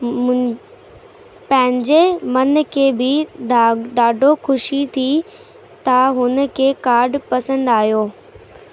मुं पंहिंजे मन खे बि दाग ॾाढो ख़ुशी थी त हुन खे कार्ड पसंदि आहियो